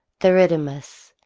theridamas,